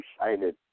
excited